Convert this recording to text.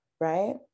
right